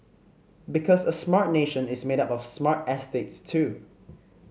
because a smart nation is made up of smart estates too